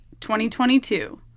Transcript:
2022